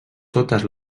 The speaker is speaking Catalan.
totes